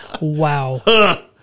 Wow